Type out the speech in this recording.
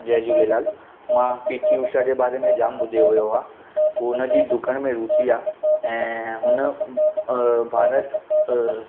जय झूलेलाल मां पीटी उषा जे बारे में जामु ॿुधियो वियो आहे हू उनजी डुकण में रुची आहे ऐं हुन भारत